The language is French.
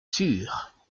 sure